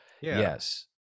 Yes